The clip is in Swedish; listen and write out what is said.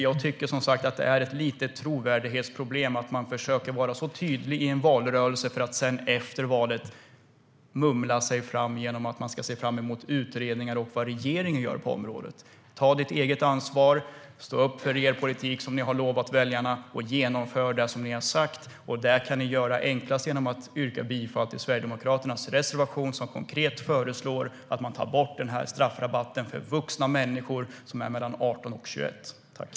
Jag tycker att det är ett litet trovärdighetsproblem att man försöker vara så tydlig i en valrörelse för att sedan efter valet mumla sig fram och säga att man ska se fram emot utredningar och vad regeringen gör på området. Ta ditt eget ansvar! Stå upp för er politik, som ni har lovat väljarna! Genomför det ni har sagt! Det kan ni göra enklast genom att yrka bifall till Sverigedemokraternas reservation, som konkret föreslår att man tar bort den här straffrabatten för vuxna människor mellan 18 och 21 år.